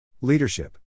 Leadership